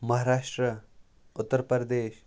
Maharashtra Uttar Pradesh